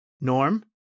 Norm